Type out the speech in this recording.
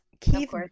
keith